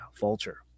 Vulture